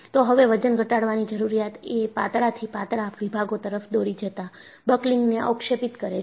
તો હવે વજન ઘટાડવાની જરૂરિયાત એ પાતળા થી પાતળા વિભાગો તરફ દોરી જતા બકલિંગને અવક્ષેપિત કરે છે